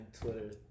Twitter